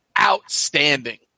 outstanding